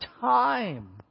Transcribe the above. time